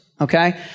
okay